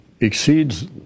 exceeds